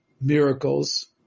miracles